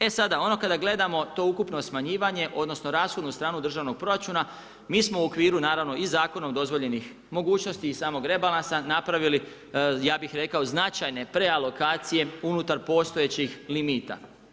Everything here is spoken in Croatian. Esada, ono kada gledamo to ukupno smanjivanje, odnosno, rashodnu stranu državnog proračuna, mi smo u okviru, naravno i zakonom dozvoljenih mogućnosti i samog rebalansa napravili, ja bih rekao značajne prealokacije unutar postojećih limita.